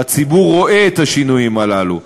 והציבור רואה את השינויים הללו.